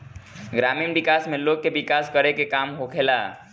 ग्रामीण विकास में लोग के विकास करे के काम होखेला